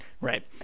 Right